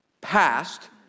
passed